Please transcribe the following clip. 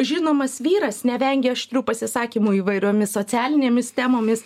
žinomas vyras nevengia aštrių pasisakymų įvairiomis socialinėmis temomis